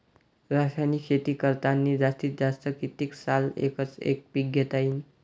रासायनिक शेती करतांनी जास्तीत जास्त कितीक साल एकच एक पीक घेता येईन?